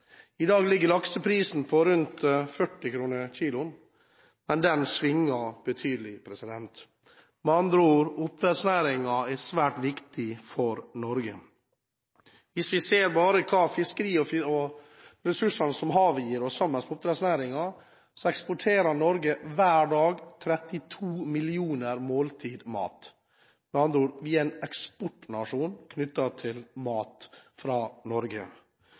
I dag ligger lakseprisen på rundt 40 kr per kilo, men svinger betydelig. Med andre ord: Oppdrettsnæringen er svært viktig for Norge. Hvis vi bare ser på fiskeriene og på de ressursene som havet – sammen med oppdrettsnæringen – gir oss, ser vi at Norge hver dag eksporterer 32 millioner måltider mat. Med andre ord: Norge er en eksportnasjon knyttet til mat.